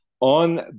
on